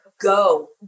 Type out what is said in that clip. go